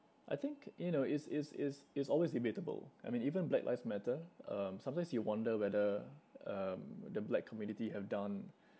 I think you know it's it's it's it's always debatable I mean even black lives matter um sometimes you wonder whether um the black community have done